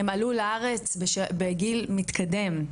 הם עלו לארץ בגיל מתקדם,